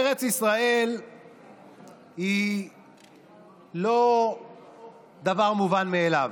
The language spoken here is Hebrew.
ארץ ישראל היא לא דבר מובן מאליו.